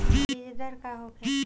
बीजदर का होखे?